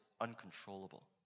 uncontrollable